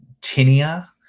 tinea